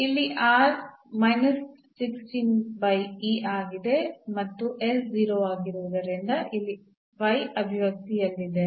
ಇಲ್ಲಿ r ಆಗಿದೆ ಮತ್ತು s 0 ಆಗಿರುವುದರಿಂದ ಇಲ್ಲಿ ಅಭಿವ್ಯಕ್ತಿಯಲ್ಲಿದೆ